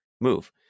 move